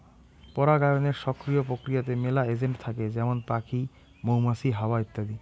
পরাগায়নের সক্রিয় প্রক্রিয়াতে মেলা এজেন্ট থাকে যেমন পাখি, মৌমাছি, হাওয়া ইত্যাদি